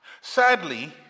Sadly